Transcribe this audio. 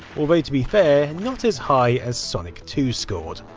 although to be fair, not as high as sonic two scored.